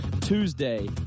Tuesday